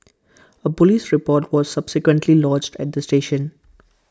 A Police report was subsequently lodged at the station